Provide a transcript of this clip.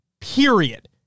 period